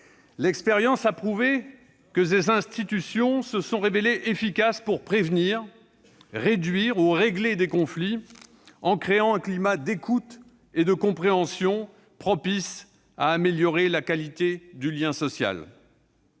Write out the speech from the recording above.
L'expérience a prouvé que ces institutions se sont révélées efficaces pour prévenir, réduire ou régler des conflits, en créant un climat d'écoute et de compréhension propice à améliorer la qualité du lien social.